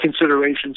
considerations